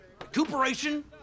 recuperation